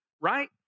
right